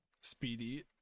Speedy